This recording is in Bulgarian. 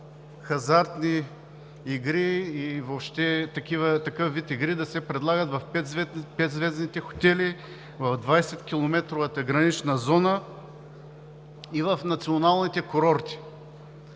хазартни игри и въобще такъв вид игри да се предлагат в петзвездните хотели, в 20 километровата гранична зона и в националните курорти.